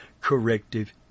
corrective